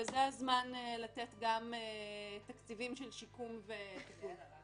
וזה זמן גם לתת תקציבים של שיקום ועידוד.